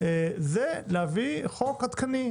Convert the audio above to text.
יהיה להביא חוק עדכני,